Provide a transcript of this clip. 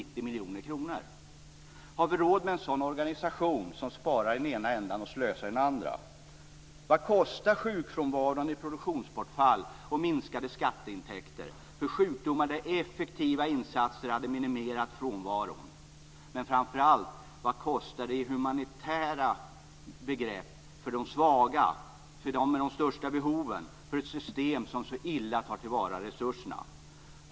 Vad kostar sjukfrånvaron i produktionsbortfall och minskade skatteintäkter; detta på grund av sjukdomar för vilka effektiva insatser skulle ha minimerat frånvaron? Men framför allt: Vad kostar det humanitärt för de svaga, för dem med de största behoven och för ett system som så illa tar till vara resurserna?